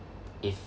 if